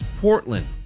Portland